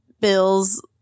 bills